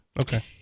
Okay